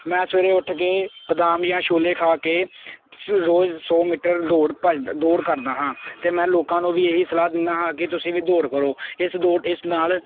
ਮੈਂ ਸਵੇਰੇ ਉੱਠ ਕੇ ਬਦਾਮ ਜਾਂ ਛੋਲੇ ਖਾ ਕੇ ਰੋਜ਼ ਸੌ ਮੀਟਰ ਦੌੜ ਭੱਜ ਦੌੜ ਕਰਦਾ ਹਾਂ ਅਤੇ ਮੈਂ ਲੋਕਾਂ ਨੂੰ ਵੀ ਇਹ ਹੀ ਸਲਾਹ ਦਿੰਦਾ ਹਾਂ ਕਿ ਤੁਸੀਂ ਵੀ ਦੌੜ ਕਰੋ ਇਸ ਦੌੜ ਇਸ ਨਾਲ